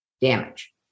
damage